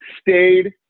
stayed